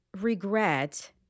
regret